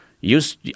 Use